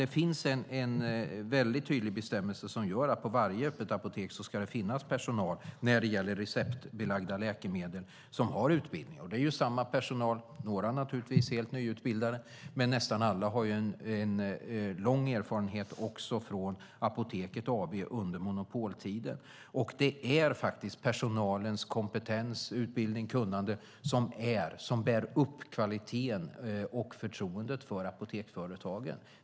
Det finns en mycket tydlig bestämmelse som innebär att det när det gäller receptbelagda läkemedel ska finnas personal med utbildning på varje öppet apotek. Några av dem är naturligtvis helt nyutbildade, men nästan alla har en lång erfarenhet också från Apoteket AB under monopoltiden. Det är faktiskt personalens kompetens, utbildning och kunnande som bär upp kvaliteten och förtroendet för apoteksföretagen.